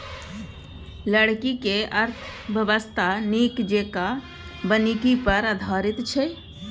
लकड़ीक अर्थव्यवस्था नीक जेंका वानिकी पर आधारित छै